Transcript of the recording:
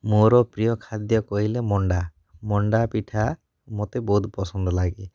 ମୋର ପ୍ରିୟ ଖାଦ୍ୟ କହିଲେ ମଣ୍ଡା ମଣ୍ଡା ପିଠା ମୋତେ ବହୁତ ପସନ୍ଦ ଲାଗେ